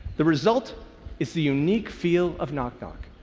the result is the unique feel of knock knock.